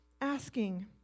asking